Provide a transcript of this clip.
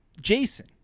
jason